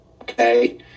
okay